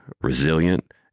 resilient